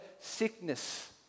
sickness